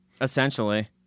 essentially